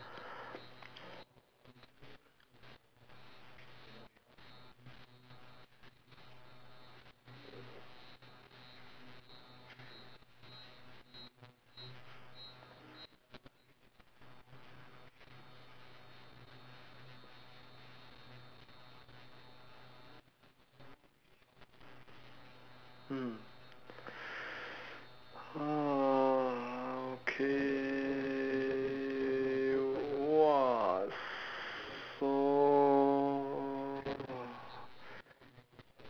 uhh okay !wah! so